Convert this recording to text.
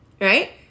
right